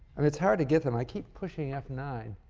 um it's hard to get them. i keep pushing f nine